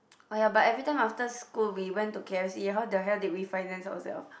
oh ya but every time after school we went to K_F_C how the hell did we finance ourself